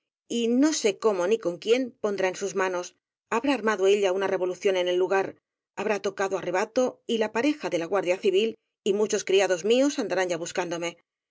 y no sé cómo ni quién pondrá en sus manos habrá armado ella una revolución en el lugar habrá tocado á rebato y la pareja de guardia civil y muchos criados míos andarán ya buscándome